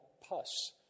pus